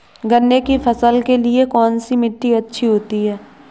गन्ने की फसल के लिए कौनसी मिट्टी अच्छी होती है?